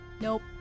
Nope